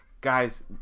Guys